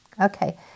Okay